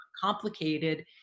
complicated